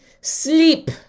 sleep